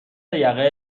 یقه